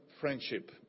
friendship